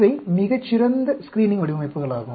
இவை மிகச் சிறந்த ஸ்க்ரீனிங் வடிவமைப்புகளும் ஆகும்